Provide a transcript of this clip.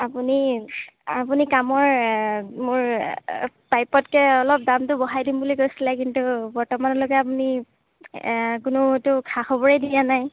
আপুনি আপুনি কামৰ মোৰ প্ৰাপ্যতকৈ অলপ দাম বঢ়াই দিম বুলি কৈছিলে কিন্তু বৰ্তমানলৈকে আপুনি কোনোতো খা খবৰেই দিয়া নাই